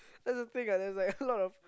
that's the thing ah there's like a lot of